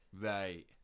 Right